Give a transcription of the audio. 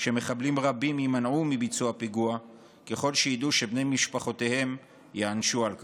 שמחבלים רבים יימנעו מביצוע פיגוע אם ידעו שבני משפחותיהם ייענשו על כך.